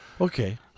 Okay